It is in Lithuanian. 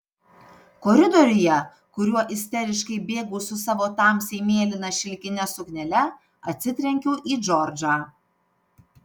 koridoriuje kuriuo isteriškai bėgau su savo tamsiai mėlyna šilkine suknele atsitrenkiau į džordžą